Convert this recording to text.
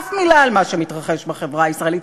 אף מילה על מה שמתרחש בחברה הישראלית.